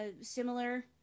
similar